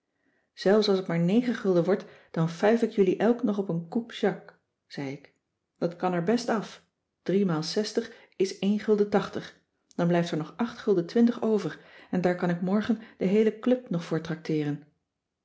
zelfs als het maar negen gulden wordt dan fuif ik jullie elk nog op een coup jacques zei ik dat kan er best af maal is een gulden tachtig dan blijft er nog acht gulden twintig over en daar kan ik morgen de heele club nog voor tracteeren